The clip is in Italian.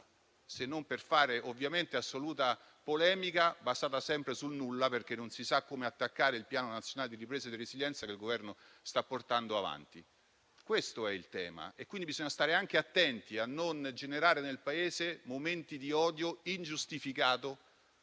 se non nel fare ovviamente assoluta polemica basata sempre sul nulla, perché non si sa come attaccare il Piano nazionale di ripresa e di resilienza che il Governo sta portando avanti? Questo è il tema. Bisogna stare attenti, quindi, a non generare nel Paese momenti di odio ingiustificato,